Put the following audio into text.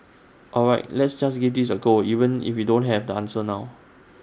all right let's just give this A go even if we don't have the answer now